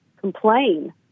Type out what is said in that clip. complain